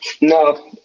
No